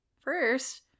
first